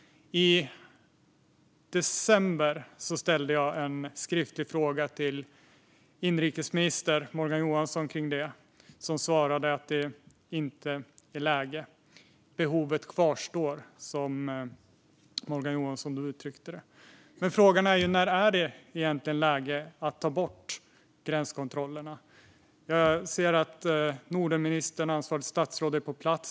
I december ställde jag en skriftlig fråga om detta till inrikesminister Morgan Johansson, som svarade att det inte var läge. Behovet kvarstår, som Morgan Johansson uttryckte det då. Men frågan är: När är det egentligen läge att ta bort gränskontrollerna? Jag ser att Nordenministern och ansvarigt statsråd är på plats.